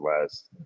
last